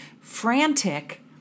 Frantic